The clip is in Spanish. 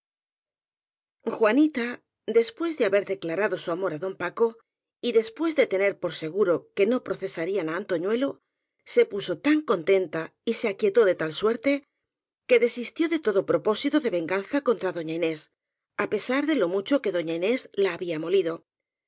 juanita después de haber declarado su amor á don paco y después de tener por seguro que no procesarían á antoñuelo se puso tan contenta y se aquietó de tal suerte que desistió de todo propó sito de venganza contra doña inés á pesar de lo mucho que doña inés la había molido